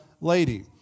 lady